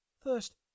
first